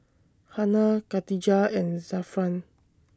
Hana Katijah and Zafran